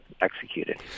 executed